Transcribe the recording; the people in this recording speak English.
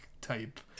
type